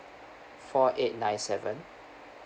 four eight nine seven